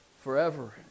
forever